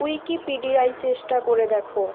উইকিপিডিয়ায় চেষ্টা করে দেখো